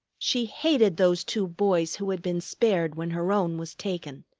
she hated those two boys who had been spared when her own was taken.